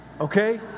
okay